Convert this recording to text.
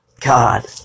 God